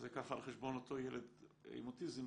אז זה ככה על חשבון אותו ילד עם אוטיזם